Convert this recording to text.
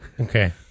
Okay